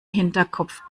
hinterkopf